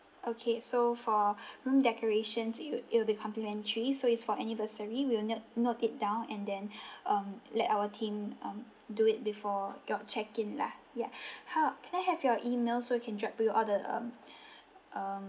okay so for room decorations it'll it'll be complimentary so it's for anniversary we will note note it down and um let our team um do it before your check in lah ya how can I have your email so we can drop you all the um err